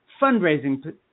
fundraising